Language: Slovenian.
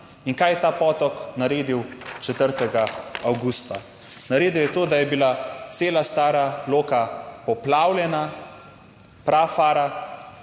In kaj je ta potok naredil 4. avgusta? Naredil je to, da je bila cela Stara Loka poplavljena prafara,